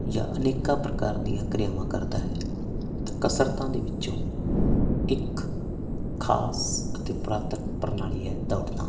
ਜਾਂ ਅਨੇਕਾਂ ਪ੍ਰਕਾਰ ਦੀਆਂ ਕਿਰਿਆਵਾਂ ਕਰਦਾ ਹੈ ਕਸਰਤਾਂ ਦੇ ਵਿੱਚੋਂ ਇੱਕ ਖਾਸ ਅਤੇ ਪੁਰਾਤਨ ਪ੍ਰਣਾਲੀ ਹੈ